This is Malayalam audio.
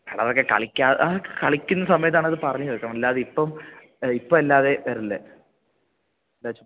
എടാ അതൊക്കെ കളിക്കാം കളിക്കുന്ന സമയത്താണത് പറഞ്ഞത് അല്ലാതെ ഇപ്പം ഇപ്പം അല്ലാതെ വരില്ല അല്ലാതെ ചുമ്മ